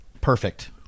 perfect